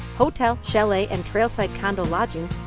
hotel, chalet, and trail-side condo lodging.